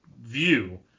view